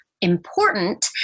important